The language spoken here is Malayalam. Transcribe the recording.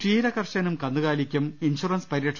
ക്ഷീരകർഷകനും കന്നുകാലിക്കും ഇൻഷുറൻസ് പരിരക്ഷ